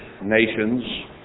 nations